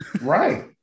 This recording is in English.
Right